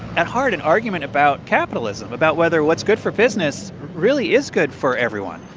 at heart, an argument about capitalism about whether what's good for business really is good for everyone,